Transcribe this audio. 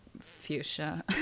fuchsia